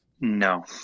No